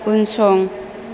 उनसं